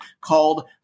called